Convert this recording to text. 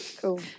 Cool